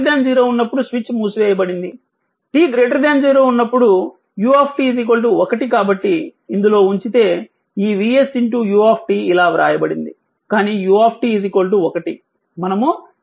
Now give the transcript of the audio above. t 0 ఉన్నప్పుడు switch మూసివేయబడింది t 0 ఉన్నప్పుడు u 1 కాబట్టి ఇందులో ఉంచితే ఈ VS u ఇలా వ్రాయబడింది కానీ u 1 మనము దానిని చూద్దాము